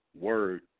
word